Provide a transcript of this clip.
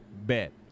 bet